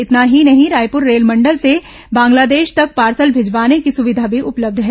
इतना ही नहीं रायपुर रेलमंडल से बांग्लादेश तक पार्सल भिजवाने की सुविधा भी उपलब्ध है